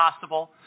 possible